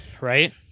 right